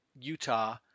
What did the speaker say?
Utah